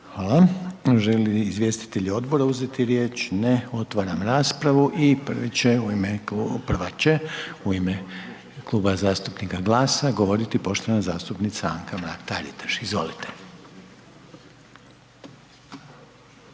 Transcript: Hvala. Žele li izvjestitelji odbora uzeti riječ? Ne, otvaram raspravu i prva će u ime Kluba zastupnika GLAS-a govoriti poštovana zastupnica Anka Mrak Taritaš, izvolite.